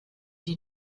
you